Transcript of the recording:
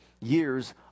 years